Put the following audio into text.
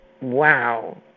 Wow